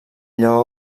lleó